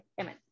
Amen